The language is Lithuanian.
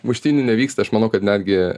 muštynių nevyksta aš manau kad netgi